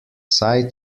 side